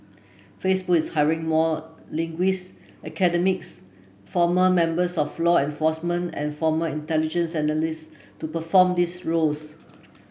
Facebook is hiring more linguist academics former members of law enforcement and former intelligence analyst to perform these roles